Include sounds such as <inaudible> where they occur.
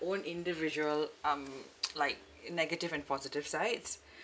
own individual um <noise> like negative and positive sides